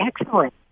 Excellent